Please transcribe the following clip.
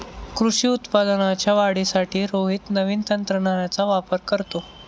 कृषी उत्पादनाच्या वाढीसाठी रोहित नवीन तंत्रज्ञानाचा वापर करतो